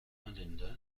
melinda